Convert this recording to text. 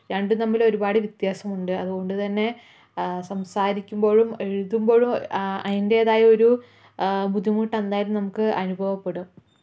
രണ്ടും തമ്മിലൊരുപാട് വ്യത്യാസമുണ്ട് അതുകൊണ്ടു തന്നെ സംസാരിക്കുമ്പോഴും എഴുതുമ്പോഴും അതിൻറ്റേതായ ഒരു ബുദ്ധിമുട്ട് എന്തായാലും നമുക്ക് അനുഭവപ്പെടും